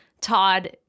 Todd